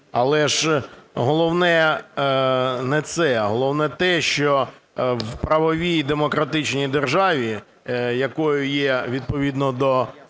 Але ж головне не це. Головне те, що в правовій демократичній державі, якою є відповідно до